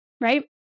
right